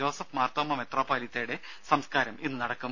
Joseph Marthoma മെത്രാപ്പൊലീത്തയുടെ സംസ്കാരം ഇന്ന് നടക്കും